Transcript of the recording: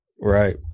Right